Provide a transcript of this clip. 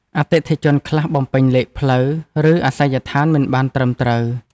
អតិថិជនខ្លះបំពេញលេខផ្លូវ ឬអាសយដ្ឋានមិនបានត្រឹមត្រូវ។